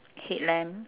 headlamp